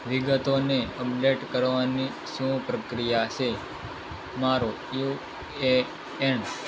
વિગતોને અપડેટ કરવાની શું પ્રક્રિયા છે મારો યુ એ એન